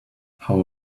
how